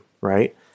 right